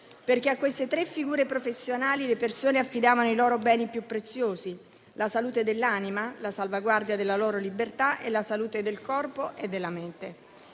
perché a queste tre figure professionali le persone affidavano i loro beni più preziosi: la salute dell'anima, la salvaguardia della loro libertà e la salute del corpo e della mente.